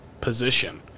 position